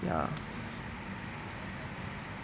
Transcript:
ya